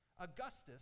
Augustus